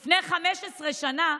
לפני 15 שנה,